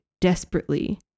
desperately